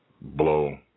blow